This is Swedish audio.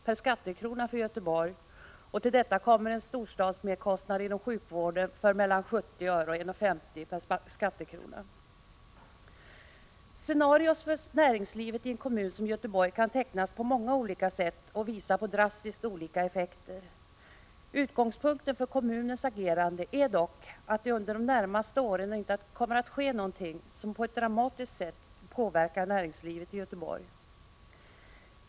per skattekrona för Göteborg. Till detta kommer en storstadsmerkostnad inom sjukvården på 0:70-1:50 kr. per skattekrona. Scenarion för näringslivet i en kommun som Göteborg kan tecknas på många olika sätt och visa på drastiskt olika effekter. Utgångspunkten för kommunens agerande är dock att det under de närmaste åren inte kommer att ske något som på ett dramatiskt sätt påverkar näringslivet i Göteborg.